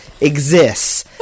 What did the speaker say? exists